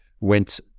went